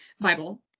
Bible